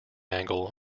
angle